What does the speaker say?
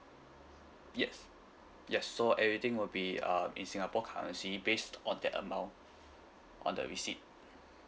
yes yes so everything will be uh in singapore currency based on that amount on the receipt